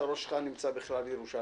או שהראש שלך נמצא בכלל בירושלים?